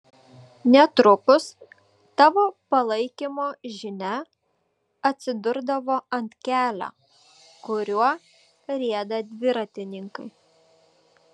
netrukus tavo palaikymo žinia atsidurdavo ant kelio kuriuo rieda dviratininkai